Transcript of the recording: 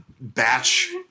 Batch